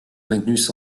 magnus